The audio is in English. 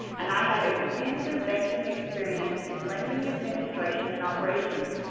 and i had extensive banking experience in lending administration and operations.